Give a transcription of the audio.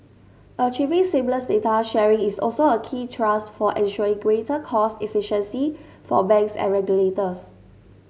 achieving seamless data sharing is also a key thrust for ensuring greater cost efficiency for banks and regulators